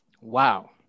Wow